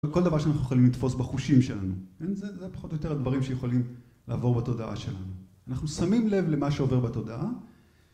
כל דבר שאנחנו יכולים לתפוס בחושים שלנו, זה פחות או יותר הדברים שיכולים לעבור בתודעה שלנו. אנחנו שמים לב למה שעובר בתודעה.